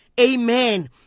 Amen